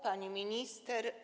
Pani Minister!